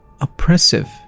oppressive